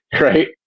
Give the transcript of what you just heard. right